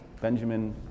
Benjamin